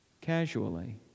casually